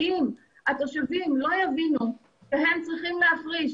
כי אם התושבים לא יבינו שהם צריכים להפריש